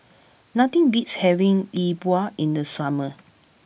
nothing beats having E Bua in the summer